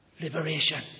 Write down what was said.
Liberation